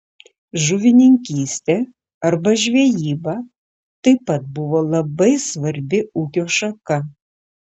žuvininkystė arba žvejyba taip pat buvo labai svarbi ūkio šaka